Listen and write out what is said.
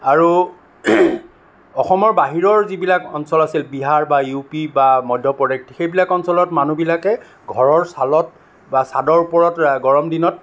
আৰু অসমৰ বাহিৰৰ যিবিলাক অঞ্চল আছিল বিহাৰ বা ইউ পি বা মধ্য় প্ৰদেশ সেইবিলাক অঞ্চলত মানুহবিলাকে ঘৰৰ চালত বা ছাদৰ ওপৰত গৰম দিনত